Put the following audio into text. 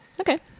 Okay